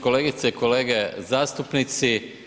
Kolegice i kolege zastupnici.